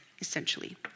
essentially